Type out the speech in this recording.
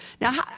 Now